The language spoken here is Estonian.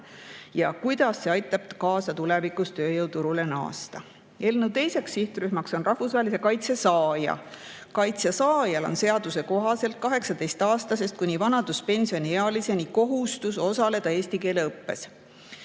ja kuidas see aitab tulevikus tööjõuturule naasta. Eelnõu teiseks sihtrühmaks on rahvusvahelise kaitse saaja. Kaitse saajal on seaduse kohaselt 18‑aastasest kuni vanaduspensioniealiseni kohustus osaleda eesti keele õppes.